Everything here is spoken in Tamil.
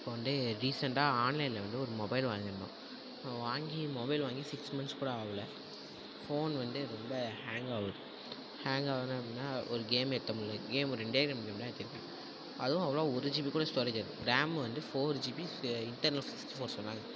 இப்போ வந்துட்டு ரீசண்டாக ஆன்லைனில் வந்து ஒரு மொபைல் வாங்கிருந்தோம் வாங்கி மொபைல் வாங்கி சிக்ஸ் மந்த்ஸ் கூட ஆகல வந்து ஃபோன் வந்து ரொம்ப ஹேங் ஆகுது ஹேங் ஆகுதுன்னா எப்படின்னா ஒரு கேம் ஏற்ற முடியல கேம் ரெண்டே ரெண்டு கேம் தான் ஏற்றிருக்கேன் அதுவும் அவ்ளவாக ஒரு ஜிபி கூட ஸ்டோரேஜ் அது ரேம் வந்து ஃபோர் ஜிபி இது இன்டர்னல் சிக்ஸ்டி ஃபோர் சொன்னாங்க